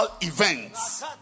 events